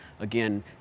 Again